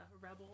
Rebel